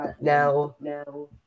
now